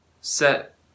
set